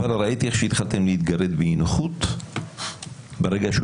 ראיתי איך התחלתם להתגרד באי נוחות ברגע שהוא